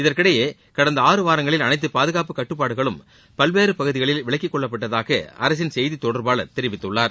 இதற்கிடையே கடந்த ஆறு வாரங்களில் அனைத்து பாதுகாப்பு கட்டுப்பாடுகளும் பல்வேறு பகுதிகளில் விலக்கிக்கொள்ளப்பட்டதாக அரசின் செய்தி தொடர்பாளர் தெரிவித்துள்ளார்